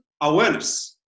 awareness